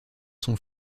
son